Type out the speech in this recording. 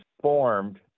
formed